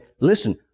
Listen